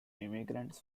immigrants